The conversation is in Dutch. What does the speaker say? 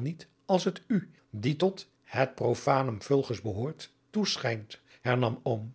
niet als het u die tot het profanum vulgus behoort toeschijnt hernam oom